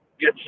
get